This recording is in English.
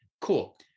cool